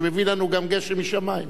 שמביא לנו גם גשם משמים,